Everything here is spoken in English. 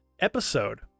episode